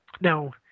Now